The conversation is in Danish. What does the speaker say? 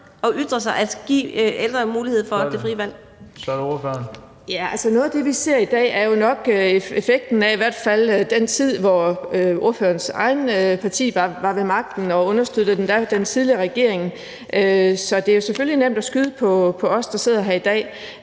Bøgsted): Så er det ordføreren. Kl. 12:00 Birgitte Vind (S): Ja, altså, noget af det, vi ser i dag, er jo nok effekten af i hvert fald den tid, hvor ordførerens eget parti var ved magten og understøttede den tidligere regering, så det er selvfølgelig nemt at skyde på os, der sidder her i dag.